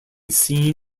seen